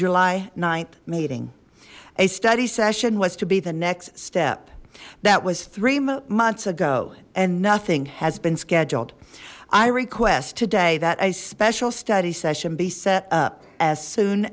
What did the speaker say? july th meeting a study session was to be the next step that was three months ago and nothing has been scheduled i request today that a special study session be set up as soon